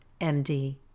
MD